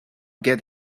get